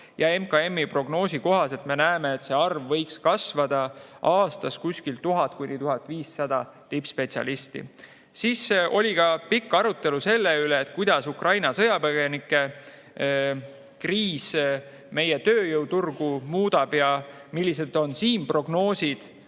ja MKM-i prognoosi kohaselt me näeme, et see arv võiks kasvada aastas kuskil 1000–1500 tippspetsialisti võrra. Oli ka pikk arutelu selle üle, kuidas Ukraina sõjapõgenike kriis meie tööjõuturgu muudab ja millised on siin prognoosid.